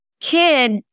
kid